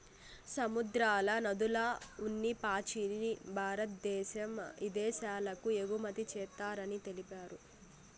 సముద్రాల, నదుల్ల ఉన్ని పాచిని భారద్దేశం ఇదేశాలకు ఎగుమతి చేస్తారని తెలిపారు